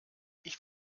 ich